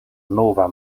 nova